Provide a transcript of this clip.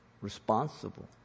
responsible